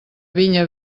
vinya